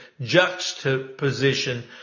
juxtaposition